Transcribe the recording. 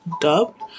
dubbed